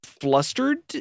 flustered